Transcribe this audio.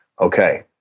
okay